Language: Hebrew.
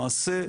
למעשה,